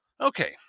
Okay